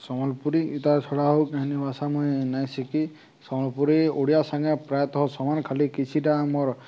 ସମ୍ବଲପୁରୀ ଇ ତା' ଛଡ଼ା ହଉ ହିନ୍ଦୀ ଭାଷା ମୁଇଁ ନାଇଁ ଶିଖି ସମ୍ବଲପୁରୀ ଓଡ଼ିଆ ସାଙ୍ଗେ ପ୍ରାୟତଃ ସମାନ ଖାଲି କିଛିଟା ଆମର୍